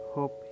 Hope